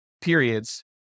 periods